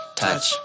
touch